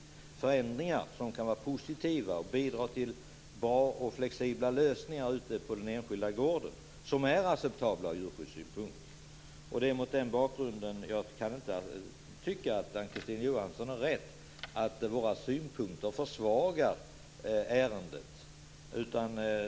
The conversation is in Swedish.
Det kan gälla förändringar som kan vara positiva och bidra till bra och flexibla lösningar ute på de enskilda gårdarna och som är acceptabla ur djurskyddssynpunkt. Det är mot den bakgrunden jag inte kan tycka att Ann-Kristine Johansson har rätt i att våra synpunkter försvagar ärendet.